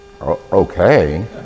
okay